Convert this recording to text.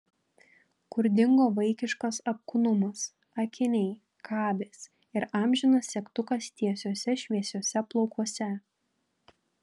kur dingo vaikiškas apkūnumas akiniai kabės ir amžinas segtukas tiesiuose šviesiuose plaukuose